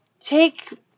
Take